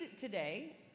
today